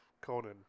Conan